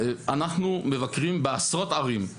אנחנו מבקרים בעשרות ערים.